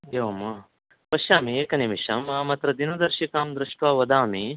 एवं वा पश्यामि एकनिमेषं अहमत्र दिनदर्शिकां दृष्ट्वा वदामि